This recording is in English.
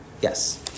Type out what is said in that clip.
Yes